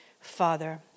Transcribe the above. Father